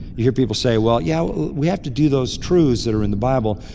you hear people say, well, yeah, we have to do those truths that are in the bible.